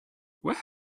where